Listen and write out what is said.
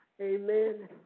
Amen